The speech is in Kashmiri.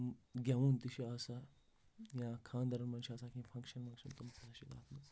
گیوُن تہِ چھُ آسان یا خاندرن منٛز چھُ آسان کیٚنٛہہ فنکشن ونکشن تِم تہِ ہسا چھِ تَتھ منٛز